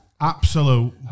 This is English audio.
Absolute